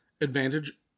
advantage